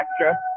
extra